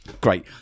great